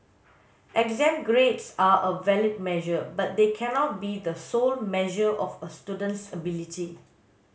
exam grades are a valid measure but they cannot be the sole measure of a student's ability